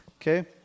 Okay